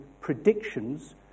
predictions